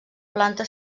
planta